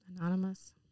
Anonymous